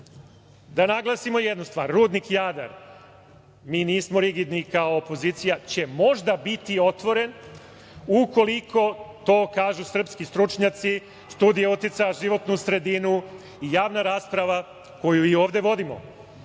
naglasimo jednu stvar, rudnik Jadar, mi nismo rigidni kao opozicija, će možda biti otvoren ukoliko to kažu srpski stručnjaci, studije uticaja na životnu sredinu i javna rasprava koju i ovde vodimo.